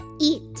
eat